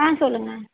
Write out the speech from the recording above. ஆ சொல்லுங்கள்